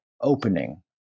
opening